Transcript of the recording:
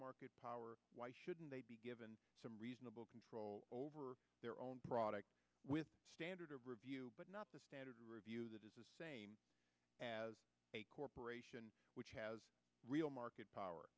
market power why shouldn't they be given some reasonable control over their own product with standard but not the standard review that is the same as a corporation which has real market power